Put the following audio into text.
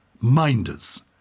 minders